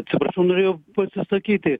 atsiprašau norėjau pasisakyti